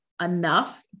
enough